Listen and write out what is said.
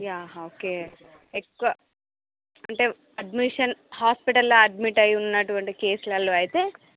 yeah okay ఎక్కువ అంటే admission హాస్పిటల్లో అడ్మిట్ అయి ఉన్నటువంటి కేసులల్లో అయితే